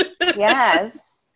Yes